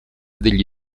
degli